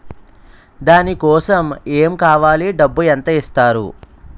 దాని కోసం ఎమ్ కావాలి డబ్బు ఎంత ఇస్తారు?